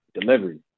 delivery